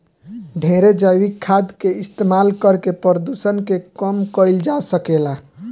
ढेरे जैविक खाद के इस्तमाल करके प्रदुषण के कम कईल जा सकेला